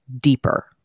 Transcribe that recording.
deeper